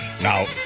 Now